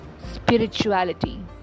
spirituality